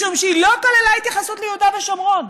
משום שהיא לא כללה התייחסות ליהודה ושומרון.